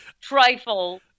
trifle